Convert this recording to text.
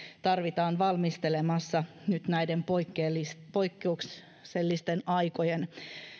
tarvitaan valmistelemassa nyt näiden poikkeuksellisten aikojen